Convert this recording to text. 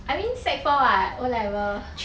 I mean sec four [what] O-level